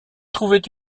trouvait